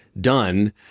done